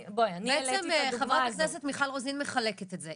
בעצם חברת הכנסת מיכל רוזין מחלקת את זה.